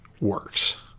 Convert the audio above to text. works